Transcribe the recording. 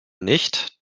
nicht